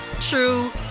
true